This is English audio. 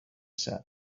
said